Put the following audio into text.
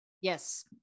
yes